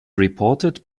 reported